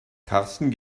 karsten